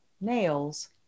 nails